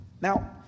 Now